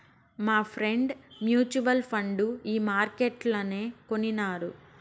మాఫ్రెండ్ mutual fund ఈ మార్కెట్లనే కొనినారు